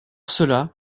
cela